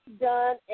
done